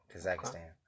Kazakhstan